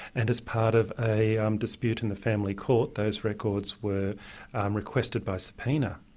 and as part of a um dispute in the family court, those records were um requested by subpoena.